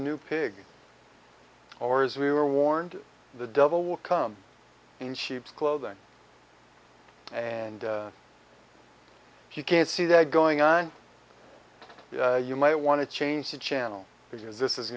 new pig or as we were warned the devil will come in sheep's clothing and if you can't see that going on you might want to change the channel because this is